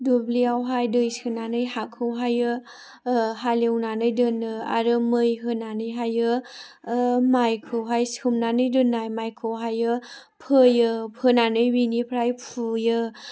दुब्लियावहाय दै सोनानै हाखौ हाय हालेवनानै दोनो आरो मै होनानैहाय माइखौहाय सोमनानै दोननाय माइखौहाय फोयो फोनानै बिनिफ्राय फुयो